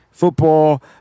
Football